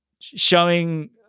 showing